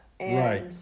Right